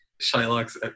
Shylocks